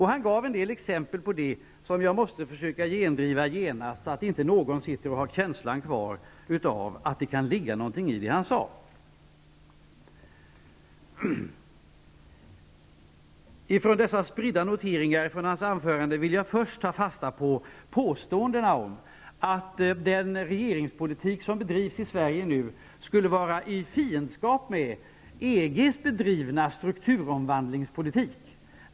Han gav en del exempel på detta som jag måste försöka gendriva genast, så att inte någon sitter här och har känslan kvar av att det kan ligga något i det han sade. Från dessa spridda noteringar av vad han sade vill jag först ta fasta på påståendet om att den regeringspolitik som bedrivs i Sverige nu skulle vara i fiendskap med den strukturomvandlingspolitik som bedrivs inom EG.